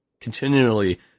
continually